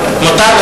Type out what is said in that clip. שלי.